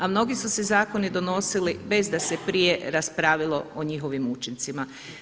A mnogi su se zakoni donosili bez da se prije raspravilo o njihovim učincima.